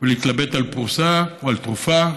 ולהתלבט על פרוסה או על תרופה,